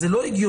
זה לא הגיוני.